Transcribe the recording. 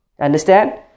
Understand